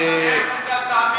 תאמין לי שאין דברים כאלה.